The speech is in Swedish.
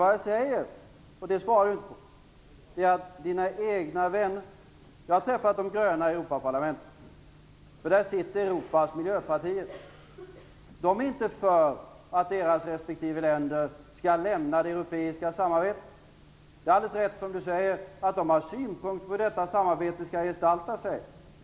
Vad jag sade, och det svarade han inte på, var att jag har träffat de gröna i Europaparlamentet, där Europas miljöpartier är representerade. Hans egna vänner där är inte för att deras respektive länder skall lämna det europeiska samarbetet. Det är alldeles rätt, som han säger, att de har synpunkter på hur detta samarbete skall gestalta sig.